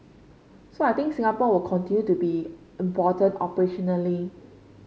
so I think Singapore will continue to be important operationally